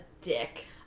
dick